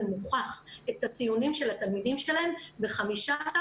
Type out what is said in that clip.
מוכח את הציונים של התלמידים שלהם ב-15%-20%..